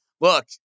look